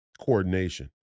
coordination